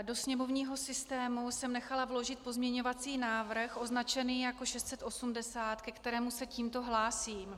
Do sněmovního systému jsem nechala vložit pozměňovací návrh označený jako 680, ke kterému se tímto hlásím.